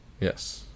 Yes